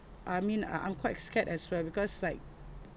I mean uh I'm quite scared as well because like